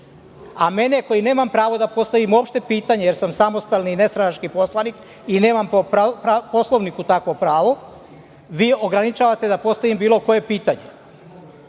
a mene koji nemam pravo da postavim uopšte pitanje, jer sam samostalni i nestranački poslanik i nemam po Poslovniku takvo pravo, ograničavate da postavim bilo koje